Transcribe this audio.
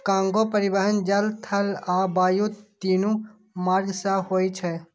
cargo परिवहन जल, थल आ वायु, तीनू मार्ग सं होय छै